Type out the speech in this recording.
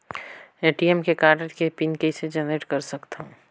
ATM card के PIN कइसे generate कर सकथव?